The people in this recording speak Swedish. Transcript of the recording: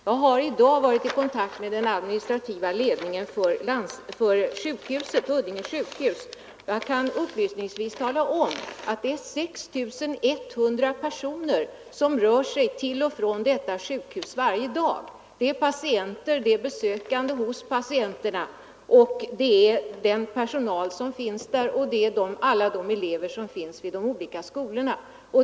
Jag har i dag varit i kontakt med den administrativa ledningen för Huddinge sjukhus och kan upplysningsvis tala om att 6 100 personer rör sig till och från detta sjukhus varje dag, nämligen patienter, besökande till patienterna och den personal som finns där, vartill kommer alla de elever som går i de olika skolorna.